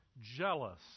jealous